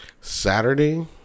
Saturday